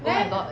oh my god